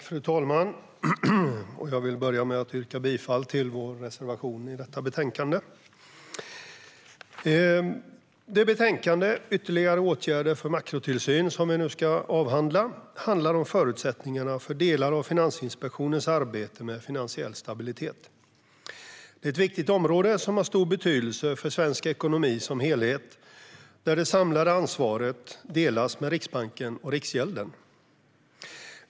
Fru talman! Jag vill börja med att yrka bifall till vår reservation i detta betänkande. Betänkandet, Ytterligare åtgärder för makrotillsyn , som vi nu ska avhandla handlar om förutsättningarna för delar av Finansinspektionens arbete med finansiell stabilitet. Det är ett viktigt område som har stor betydelse för svensk ekonomi som helhet, där det samlade ansvaret delas med Riksbanken och Riksgälden.